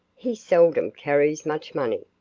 he seldom carries much money.